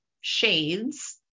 shades